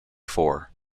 four